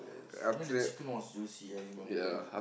yes I mean the chicken was juicy I remember that